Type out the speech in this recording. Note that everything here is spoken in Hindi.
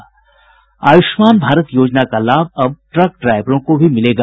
आयुष्मान भारत योजना का लाभ अब ट्रक ड्राईवरों को भी मिलेगा